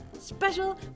special